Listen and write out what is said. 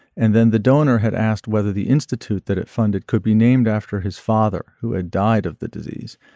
and then the donor had asked whether the institute that it funded could be named after his father who had died of the disease.